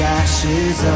ashes